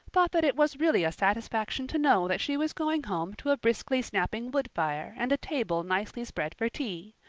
thought that it was really a satisfaction to know that she was going home to a briskly snapping wood fire and a table nicely spread for tea,